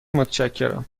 متشکرم